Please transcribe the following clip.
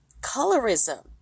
colorism